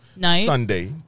Sunday